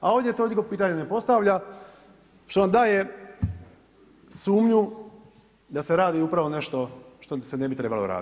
A ovdje to niko pitanje ne postavlja što nam daje sumnju da se radi upravo nešto što se ne bi trebalo raditi.